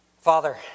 Father